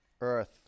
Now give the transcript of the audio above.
earth